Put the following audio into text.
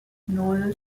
nan